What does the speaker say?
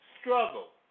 struggle